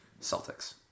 Celtics